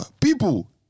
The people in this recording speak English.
People